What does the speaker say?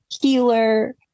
healer